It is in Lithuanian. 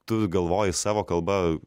tu galvoji savo kalba